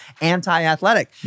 anti-athletic